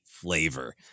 flavor